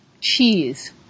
cheese